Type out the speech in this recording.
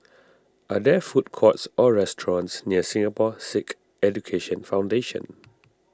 are there food courts or restaurants near Singapore Sikh Education Foundation